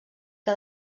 que